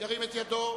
מי נגד?